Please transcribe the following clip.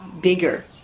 bigger